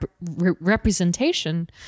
representation